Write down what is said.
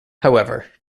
however